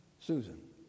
Susan